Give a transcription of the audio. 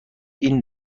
این